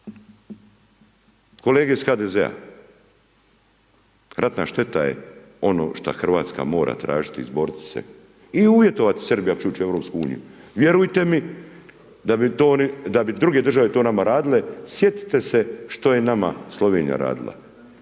Kolege iz HDZ-a, ratna šteta je ono što Hrvatska mora tražiti i izboriti se i uvjetovati Srbiji ako hoće ući u Europsku uniju, vjerujte mi da bi to druge države nama radile, sjetite se što je nama Slovenija radila,